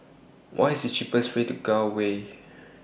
What IS The cheapest Way to Gul Way